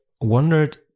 wondered